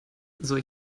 soll